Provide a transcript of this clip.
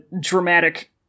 dramatic